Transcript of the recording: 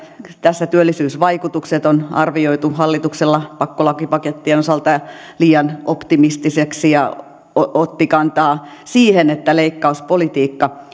työllisyysvaikutukset on arvioitu hallituksessa pakkolakipakettien osalta liian optimistisiksi ja otti kantaa siihen että leikkauspolitiikka